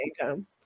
income